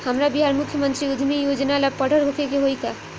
हमरा बिहार मुख्यमंत्री उद्यमी योजना ला पढ़ल होखे के होई का?